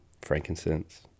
frankincense